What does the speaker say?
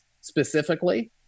specifically